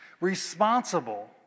responsible